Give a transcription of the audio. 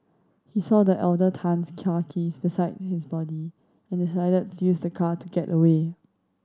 he saw the elder Tan's car keys beside his body and decided to use the car to get away